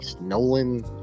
Nolan